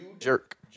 jerk